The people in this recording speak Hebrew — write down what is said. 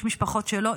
יש משפחות שלא,